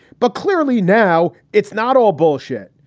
but clearly now it's not all bullshit.